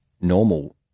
normal